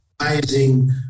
Amazing